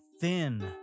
thin